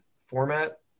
format